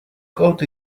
caught